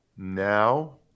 Now